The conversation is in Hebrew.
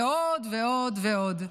ועוד ועוד ועוד.